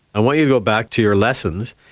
i want you to go back to your lessons,